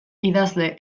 idazle